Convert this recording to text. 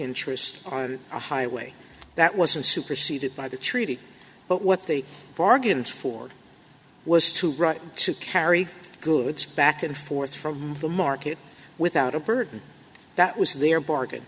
interest on a highway that wasn't superceded by the treaty but what they bargained for was to right to carry goods back and forth from the market without a burden that was their bargain